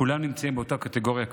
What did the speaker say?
כולם נמצאים באותה קטגוריה קשה.